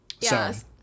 Yes